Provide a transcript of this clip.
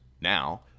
Now